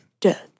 Death